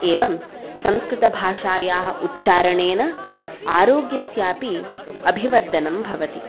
एवं संस्कृतभाषायाः उच्चारणेन आरोग्यस्यापि अभिवर्धनं भवति